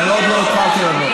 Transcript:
כי אני עוד לא התחלתי לענות.